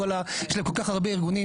יש להם כל כך הרבה ארגונים,